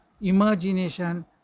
imagination